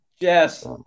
Yes